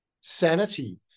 Sanity